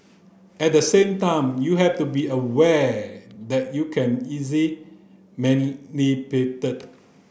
at the same time you have to be aware that you can easy